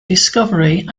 discovery